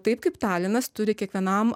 taip kaip talinas turi kiekvienam